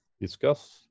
discuss